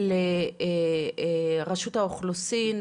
לרשות האוכלוסין,